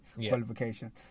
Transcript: qualification